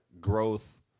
growth